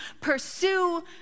pursue